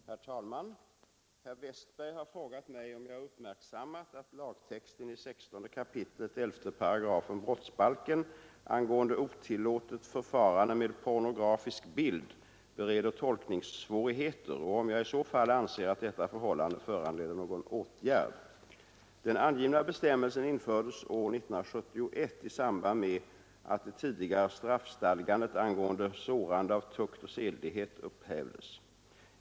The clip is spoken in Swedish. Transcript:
Herr talman! Herr Westberg i Ljusdal har frågat mig om jag uppmärksammat att lagtexten i 16 kap. 118 brottsbalken angående otillåtet förfarande med pornografisk bild bereder tolkningssvårigheter och om jag i så fall anser att detta förhållande föranleder någon åtgärd. Den angivna bestämmelsen infördes år 1971 i samband med att det tidigare straffstadgandet angående sårande av tukt och sedlighet upphävdes.